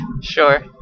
Sure